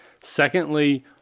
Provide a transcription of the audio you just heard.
Secondly